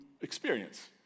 experience